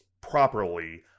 properly